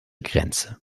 grenze